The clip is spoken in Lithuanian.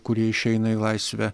kurie išeina į laisvę